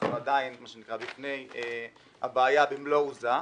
ואנחנו עדיין בפני הבעיה במלוא עוזה.